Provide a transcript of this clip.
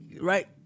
right